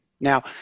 Now